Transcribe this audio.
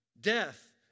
death